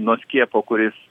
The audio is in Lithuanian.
nuo skiepo kuris